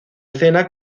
escena